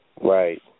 Right